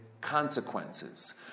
consequences